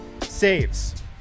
saves